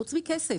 חוץ מכסף.